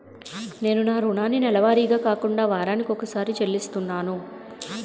నేను నా రుణాన్ని నెలవారీగా కాకుండా వారాని కొక్కసారి చెల్లిస్తున్నాను